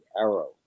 arrow